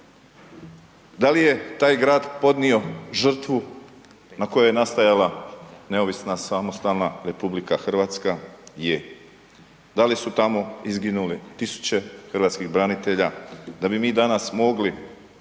Da li je taj grad podnio žrtvu na kojoj je nastajala neovisna, samostalna RH? Je. Da li su tamo izginuli tisuće hrvatskih branitelja da bi mi danas mogli